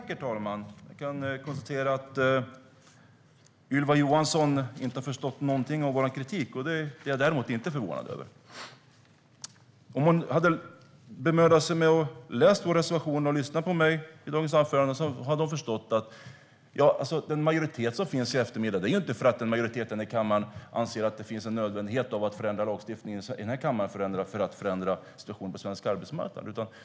Herr talman! Jag kan konstatera att Ylva Johansson inte har förstått någonting av vår kritik. Det är jag inte förvånad över. Om Ylva Johansson hade bemödat sig att läsa vår reservation och lyssna på mitt anförande hade hon förstått att den majoritet som kommer att finnas i eftermiddag inte finns för att majoriteten här i kammaren anser att det är en nödvändighet att förändra lagstiftningen för att förändra situationen på svensk arbetsmarknad.